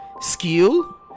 Skill